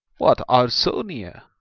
what, art so near?